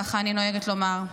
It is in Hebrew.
ככה אני נוהגת לומר.